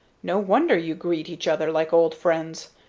no wonder you greet each other like old friends,